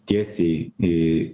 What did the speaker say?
tiesiai i